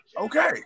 okay